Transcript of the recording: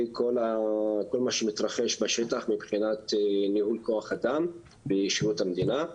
כל מה שמתרחש בשטח מבחינת ניהול כוח אדם בשירות המדינה.